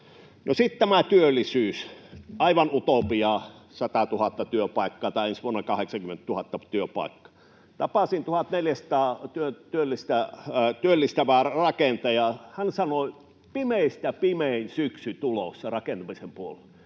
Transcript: sitten tämä työllisyys. Aivan utopiaa — 100 000 työpaikkaa tai ensi vuonna 80 000 työpaikkaa. Tapasin 1 400 ihmistä työllistävää rakentajaa. Hän sanoi: ”Pimeistä pimein syksy tulossa rakentamisen puolella,